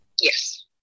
Yes